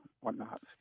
whatnot